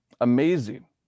amazing